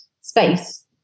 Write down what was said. space